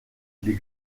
les